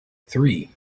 three